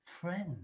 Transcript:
friend